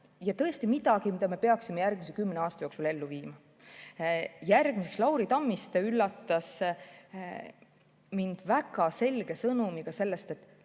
ja tõesti midagi sellist, mille me peaksime järgmise kümne aasta jooksul ellu viima. Järgmiseks, Lauri Tammiste üllatas mind väga selge sõnumiga selle kohta, et